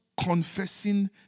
confessing